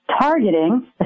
targeting